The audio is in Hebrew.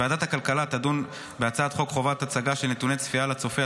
ועדת הכלכלה תדון בהצעת חוק חובת הצגה של נתוני צפייה לצופה,